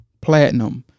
platinum